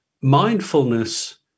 Mindfulness